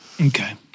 Okay